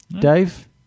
Dave